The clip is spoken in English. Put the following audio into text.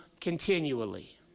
continually